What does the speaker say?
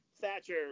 Thatcher